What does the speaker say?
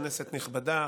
כנסת נכבדה,